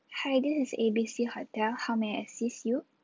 hi this is A B C hotel how may I assist you